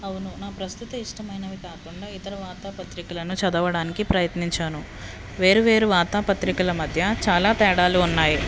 అవును నా ప్రస్తుత ఇష్టమైనవి కాకుండా ఇతర వార్తాపత్రికలను చదవడానికి ప్రయత్నించాను వేరువేరు వార్తాపత్రికల మధ్య చాలా తేడాలు ఉన్నాయి